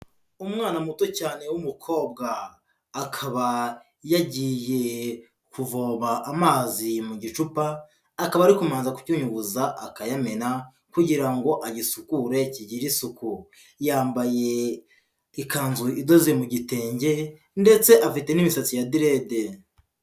Umwana muto cyane w’umukobwa, akaba yagiye kuvoma amazi mu gicupa, akaba arimo kucyunyunguza akayamena kugira ngo agisukure kigire isuku, yambaye ikanzu idoze mu gitenge ndetse afite n'imisatsi ya direde.